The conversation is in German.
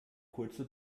kurze